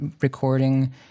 recording